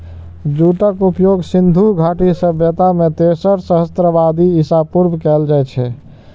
जूटक उपयोग सिंधु घाटी सभ्यता मे तेसर सहस्त्राब्दी ईसा पूर्व कैल जाइत रहै